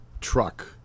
truck